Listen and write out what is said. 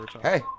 Hey